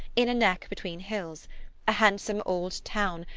in a neck between hills a handsome old town,